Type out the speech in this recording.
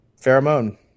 pheromone